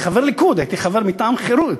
כחבר ליכוד, הייתי חבר מטעם חרות,